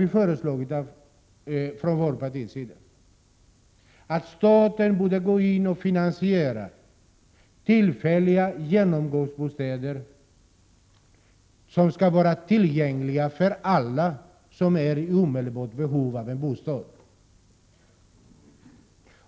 Vi har från vårt parti föreslagit att staten borde gå in och finansiera tillfälliga genomgångsbostäder som skall vara tillgängliga för alla som är i omedelbart behov av en bostad.